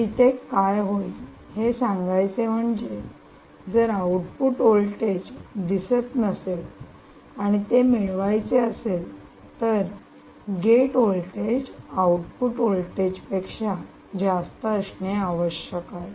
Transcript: तर इथे काय होईल ते सांगायचे म्हणजे जर आउटपुट व्होल्टेज दिसत नसेल आणि ते मिळवायचे असेल तर गेट व्होल्टेज आउटपुट व्होल्टेज पेक्षा जास्त असणे आवश्यक आहे